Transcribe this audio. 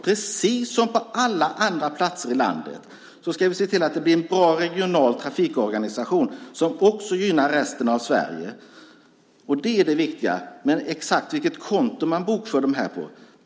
Precis som på alla andra platser i landet ska vi se till att det blir en bra regional trafikorganisation som också gynnar resten av Sverige. Det är det viktiga, inte exakt vilket konto man bokför det på.